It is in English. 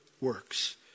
works